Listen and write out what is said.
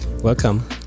Welcome